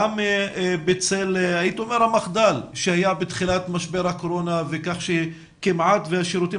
גם בצל המחדל שהיה בתחילת משבר הקורונה כאשר כמעט והשירותים